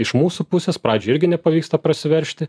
iš mūsų pusės pradžioj irgi nepavyksta prasiveržti